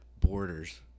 Borders